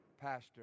pastor